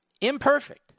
Imperfect